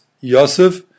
Yosef